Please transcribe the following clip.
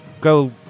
go